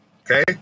Okay